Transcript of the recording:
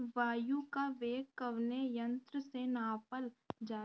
वायु क वेग कवने यंत्र से नापल जाला?